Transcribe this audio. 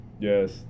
Yes